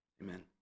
Amen